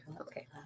Okay